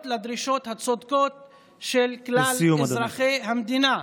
לדרישות הצודקות של כלל אזרחי המדינה.